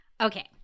Okay